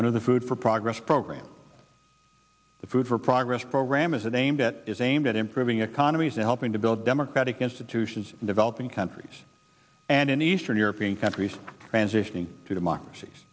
under the food for progress program the food for progress program is a name that is aimed at improving economies and helping to build democratic institutions in developing countries and in eastern european countries transitioning to democracies